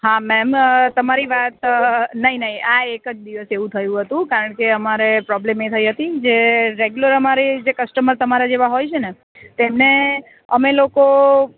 હા મેમ તમારી વાત નહીં નહીં આ એક જ દિવસ એવું થયું હતું કારણ કે અમારે પ્રોબ્લેમ એ થઈ હતી જે રેગ્યુલર અમારે જે કસ્ટમર તમારા જેવા હોય છે ને તેમને અમે લોકો